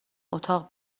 اتاق